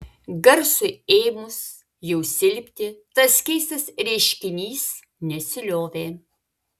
garsui ėmus jau silpti tas keistas reiškinys nesiliovė